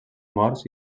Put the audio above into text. morts